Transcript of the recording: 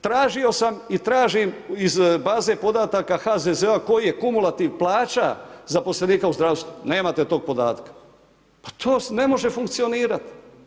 Tražio sam i tražim iz baze podataka HZZ-a koji je kumulativ plaća zaposlenika u zdravstvu, nemate tog podatka, pa to ne može funkcionirati.